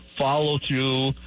follow-through